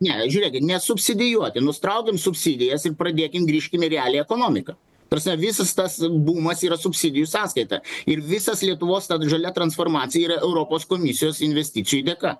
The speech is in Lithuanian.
ne žiūrėkit ne subsidijuoti nutraukiam subsidijas ir pradėkim grįžkim į realią ekonomiką ta prasme visas tas bumas yra subsidijų sąskaita ir visas lietuvos ta žalia transformacija yra europos komisijos investicijų dėka